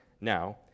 now